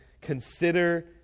consider